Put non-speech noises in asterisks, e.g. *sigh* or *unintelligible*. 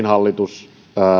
*unintelligible* hallitus